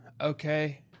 Okay